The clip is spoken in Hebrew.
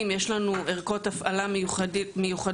מתנדבים יש לנו ערכות הפעלה מיוחדות